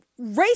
racist